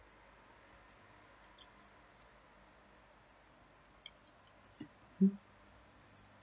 mm